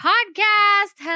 Podcast